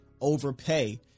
Overpay